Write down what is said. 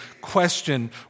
question